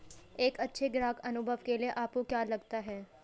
एक अच्छे ग्राहक अनुभव के लिए आपको क्या लगता है?